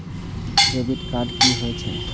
Debit card कि होई छै?